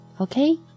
Okay